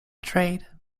trade